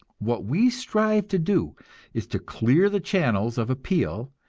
what we strive to do is to clear the channels of appeal,